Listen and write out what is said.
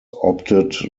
opted